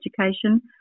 Education